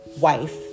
wife